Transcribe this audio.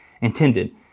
intended